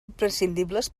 imprescindibles